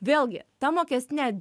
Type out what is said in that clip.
vėlgi ta mokestinė